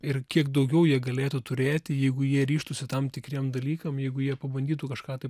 ir kiek daugiau jie galėtų turėti jeigu jie ryžtųsi tam tikriem dalykam jeigu jie pabandytų kažką tai